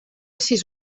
sis